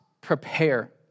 prepare